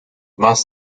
más